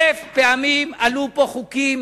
אלף פעמים עלו פה חוקים